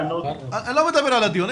אני לא מדבר על הדיון,